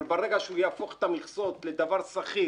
אבל ברגע שהוא יהפוך את המכסות לדבר סחיר,